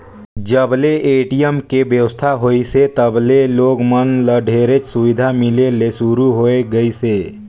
जब ले ए.टी.एम के बेवस्था होइसे तब ले लोग मन ल ढेरेच सुबिधा मिले ले सुरू होए गइसे